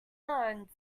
not